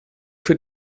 für